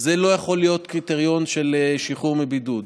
זה לא יכול להיות קריטריון של שחרור מבידוד.